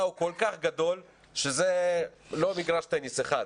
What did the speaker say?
הוא כל כך גדול שזה לא מגרש טניס אחד,